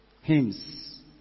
Hymns